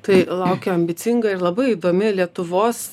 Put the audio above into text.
tai laukia ambicinga ir labai įdomi lietuvos